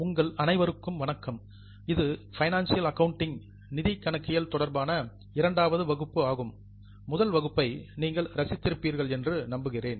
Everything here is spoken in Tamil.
உங்கள் அனைவருக்கும் வணக்கம் இது பைனான்சியல் அக்கவுண்டிங் நிதி கணக்கியல் தொடர்பான இரண்டாவது வகுப்பு ஆகும் முதல் வகுப்பை நீங்கள் ரசித்திருப்பீர்கள் என்று நம்புகிறேன்